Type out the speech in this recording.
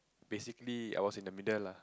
basically I was in the middle lah